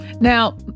Now